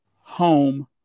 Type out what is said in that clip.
home